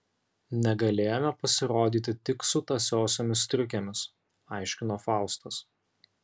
negalėjome pasirodyti tik su tąsiosiomis striukėmis aiškino faustas